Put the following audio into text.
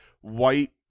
white